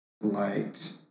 Light